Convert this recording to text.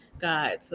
God